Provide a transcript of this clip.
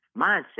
mindset